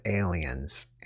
aliens